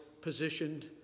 positioned